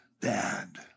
Dad